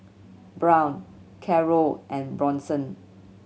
Brown Carroll and Bronson